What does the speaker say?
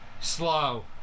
Slow